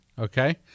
Okay